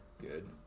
Good